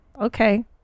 Okay